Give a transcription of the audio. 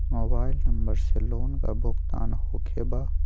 Mobile number से loan का भुगतान होखे बा?